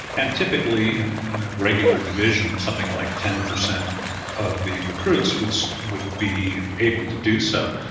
and typically, and in a regular division, something like ten percent of the recruits would so would be able to do so,